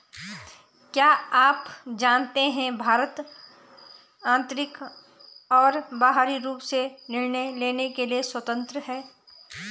क्या आप जानते है भारत आन्तरिक और बाहरी रूप से निर्णय लेने के लिए स्वतन्त्र है?